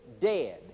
dead